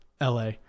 LA